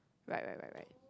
right right right right